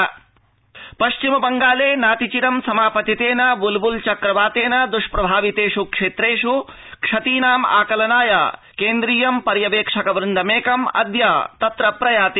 पश्चिमबंगालः केन्द्रीयवृन्दम् पश्चिम बंगाले नातिचिरं समापतितेन बुलबुल चक्रवातेन दुष्प्रभावितेष् क्षेत्रेष् क्षतीनामाकलनाय केन्द्रीयं पर्यवेक्षक वृन्दमेकम् अद्य तत्र प्रयाति